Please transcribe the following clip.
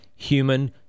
human